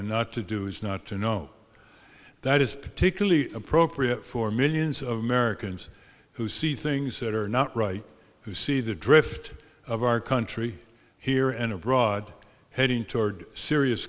and not to do is not to know that is particularly appropriate for millions of americans who see things that are not right to see the drift of our country here and abroad heading toward serious